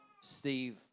Steve